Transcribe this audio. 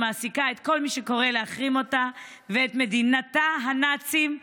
שמעסיקה את כל מי שקורא להחרים אותה ואת מדינתה הנאצית,